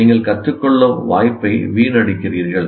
நீங்கள் கற்றுக்கொள்ளும் வாய்ப்பை வீணடிக்கிறீர்கள்